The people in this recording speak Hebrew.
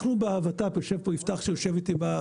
יושב פה יפתח שיושב איתי.